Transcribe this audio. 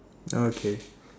oh okay